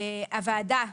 הוועדה מחליטה,